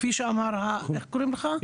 כפי שאמר יואל.